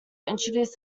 introduce